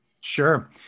sure